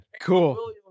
Cool